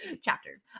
chapters